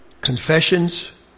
confessions